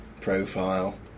profile